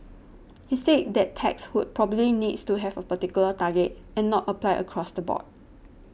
he said that tax would probably needs to have a particular target and not apply across the board